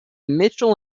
mitchell